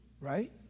right